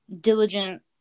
diligent